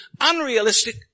unrealistic